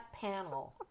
panel